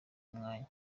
umwanya